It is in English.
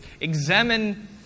Examine